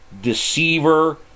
deceiver